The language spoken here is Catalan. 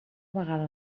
vegada